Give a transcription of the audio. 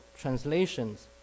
translations